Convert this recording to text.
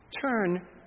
Turn